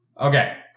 Okay